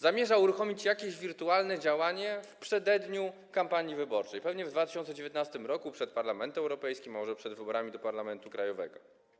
Zamierza uruchomić jakieś wirtualne działanie w przededniu kampanii wyborczej, pewnie w 2019 r., przed wyborami do Parlamentu Europejskiego, a może przed wyborami do parlamentu krajowego.